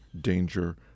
danger